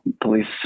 police